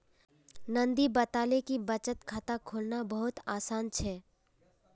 नंदनी बताले कि बचत खाता खोलना बहुत आसान छे